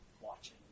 watching